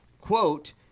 quote